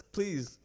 Please